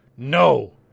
No